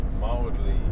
mildly